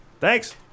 Thanks